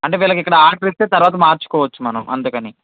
అంటే వీళ్ళకిక్కడ ఆర్డరు ఇస్తే తర్వాత మార్చుకోచ్చు మనం అందుకని